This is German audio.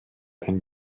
ein